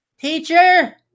Teacher